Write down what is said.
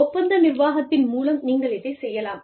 ஒப்பந்த நிர்வாகத்தின் மூலம் நீங்கள் இதைச் செய்யலாம்